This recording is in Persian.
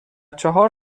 چهار